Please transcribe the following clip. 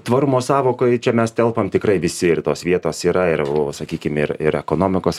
tvarumo sąvokoj čia mes telpam tikrai visi ir tos vietos yra ir o sakykim ir ir ekonomikos